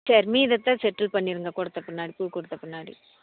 சரி மீதத்தை செட்டில் பண்ணிடுங்க கொடுத்த பின்னாடி பூ கொடுத்த பின்னாடி